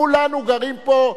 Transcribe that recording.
כולנו גרים פה.